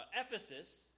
Ephesus